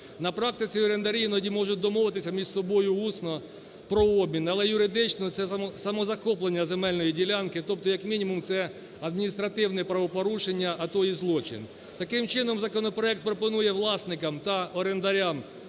На практиці орендарі іноді можуть домовитися між собою усно про обмін, але юридично це самозахоплення земельної ділянки. Тобто як мінімум це адміністративне правопорушення, а то і злочин. Таким чином, законопроект пропонує власникам та орендарям